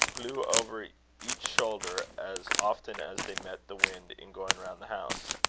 blew over each shoulder as often as they met the wind in going round the house.